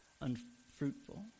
unfruitful